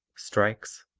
strikes,